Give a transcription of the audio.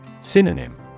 Synonym